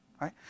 right